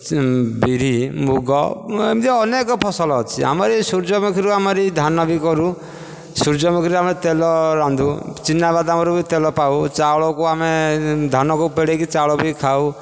ବିରି ମୁଗ ଏମିତି ଅନେକ ଫସଲ ଅଛି ଆମର ଏଇ ସୂର୍ଯ୍ୟମୁଖୀରୁ ଆମେ ଧାନ ବି କରୁ ସୂର୍ଯ୍ୟମୁଖୀରୁ ଆମେ ତେଲ ରାନ୍ଧୁ ଚିନାବାଦାମରୁ ବି ତେଲ ପାଉ ଚାଉଳକୁ ଆମେ ଧାନକୁ ପେଡ଼ିକି ଚାଉଳ ବି ଖାଉ